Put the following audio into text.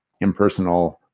impersonal